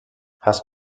hast